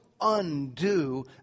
undo